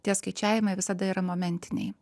tie skaičiavimai visada yra momentiniai